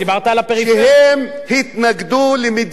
שהם התנגדו למדיניות